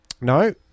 No